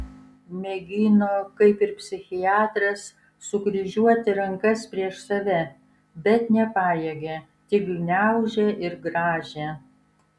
mėgino kaip ir psichiatras sukryžiuoti rankas prieš save bet nepajėgė tik gniaužė ir grąžė